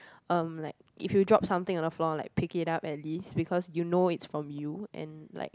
um like if you drop something on the floor like pick it up at least because you know it's from you and like